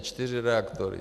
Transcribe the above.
Čtyři reaktory.